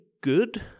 good